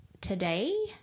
today